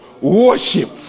worship